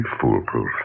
foolproof